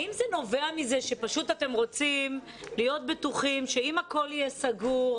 האם זה נובע מזה שאתם רוצים להיות בטוחים שאם הכול יהיה סגור,